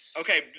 Okay